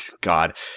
God